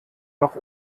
noch